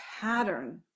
pattern